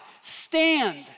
Stand